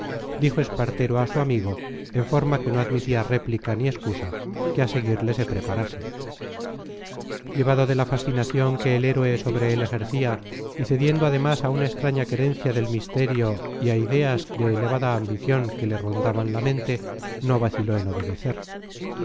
dijo espartero a su amigo en forma que no admitía réplica ni excusa que a seguirle se preparase llevado de la fascinación que el héroe sobre él ejercía y cediendo además a una extraña querencia del misterio y a ideas de elevada ambición que le rondaban la mente no vaciló en obedecer